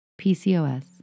PCOS